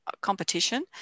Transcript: competition